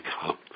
come